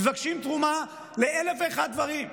מבקשים תרומה לאלף ואחד דברים.